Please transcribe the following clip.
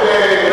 ברור,